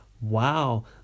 wow